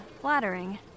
flattering